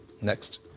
Next